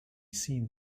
seen